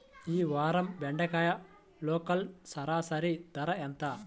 ఈ వారం బెండకాయ లోకల్ సరాసరి ధర ఎంత?